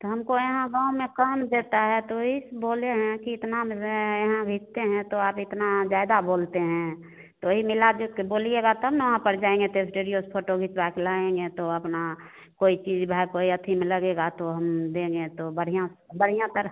तो हमको यहाँ गाँव में कम देता है तो ही बोले हैं कि इतना में यहाँ बेचते हैं तो आप इतना ज्यादा बोलते हैं तो ई मिला दे बोलिएगा तब ना वहाँ पर जाएँगे तो एस्टेडियो से फोटो खिंचवा के लाएँगे तो अपना कोई चीज भा कोई अथि में लगेगा तो हम देंगे तो बढ़ियाँ बढ़ियाँ कर